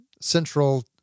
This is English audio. central